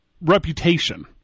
reputation